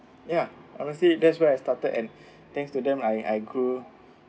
ya honestly that's where I started and thanks to them I I grew